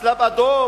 הצלב-האדום,